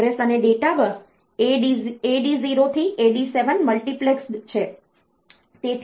address અને data bus AD0 થી AD7 multiplexed છે